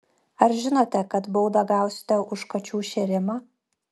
ar žinote kad baudą gausite už kačių šėrimą